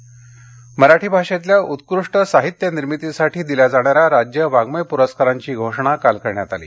वाडमय प्रस्कार मराठी भाषेतल्या उत्कृष्ट साहित्य निर्मितीसाठी दिल्या जाणा या राज्य वाङ् मय पुरस्कारांची घोषणा काल करण्यात आली